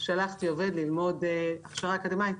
שלחתי עובד ללמוד הכשרה אקדמית,